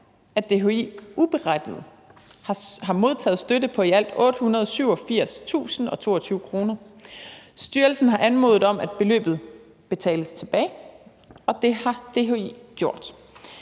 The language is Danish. at DHI uberettiget har modtaget støtte på i alt 887.022 kr. Styrelsen har anmodet om, at beløbet betales tilbage, og det har DHI gjort.